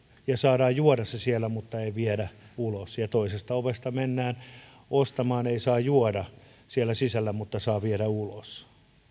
ja saadaan juoda se siellä mutta ei viedä ulos ja toisesta ovesta mennään ostamaan ei saa juoda siellä sisällä mutta saa viedä ulos